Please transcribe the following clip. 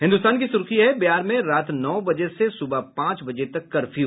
हिन्दुस्तान की सुर्खी है बिहार में रात नौ बजे से सुबह पांच बजे तक कर्फ्यू